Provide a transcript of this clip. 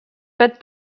but